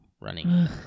running